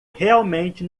realmente